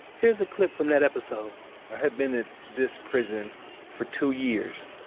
here's a clip from that episode i had been at this prison for two years,